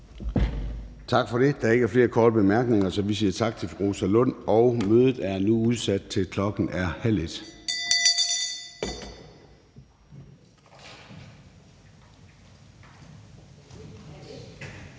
Tak for det. Der er ikke flere korte bemærkninger, så vi siger tak til fru Rosa Lund. Mødet er nu udsat til klokken 00.30.